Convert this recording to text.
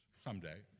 someday